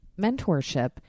mentorship